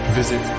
visit